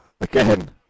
Again